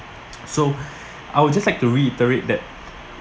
so I would just like to reiterate that